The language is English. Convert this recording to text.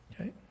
okay